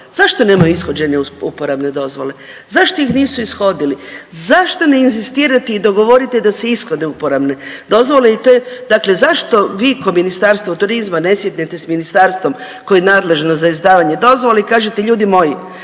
Zašto nema ishođene uporabne dozvole, zašto ih nisu ishodili, zašto ne inzistirate i dogovorite da se ishode uporabne dozvole i to je, dakle zašto vi ko Ministarstvo turizma ne sjednete s ministarstvom koje je nadležno za izdavanje dozvola i kažete ljudi moji